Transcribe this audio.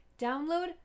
download